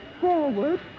forward